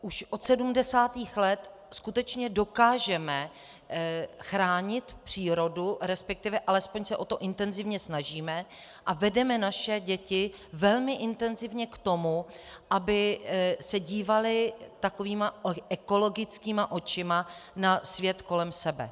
Už od 70. let skutečně dokážeme chránit přírodu, resp. alespoň se o to intenzivně snažíme, a vedeme naše děti velmi intenzivně k tomu, aby se dívaly takovýma ekologickýma očima na svět kolem sebe.